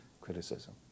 criticism